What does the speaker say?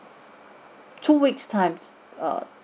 two week time err